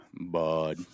bud